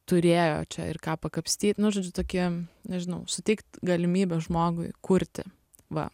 turėjo čia ir ką pakapstyt nu žodžiu tokį nežinau suteikt galimybę žmogui kurti va